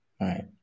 Right